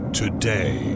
today